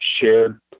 shared